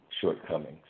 shortcomings